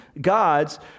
God's